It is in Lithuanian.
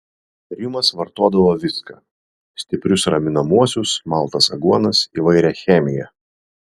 rimas vartodavo viską stiprius raminamuosius maltas aguonas įvairią chemiją